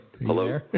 Hello